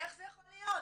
איך זה יכול להיות?